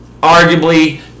Arguably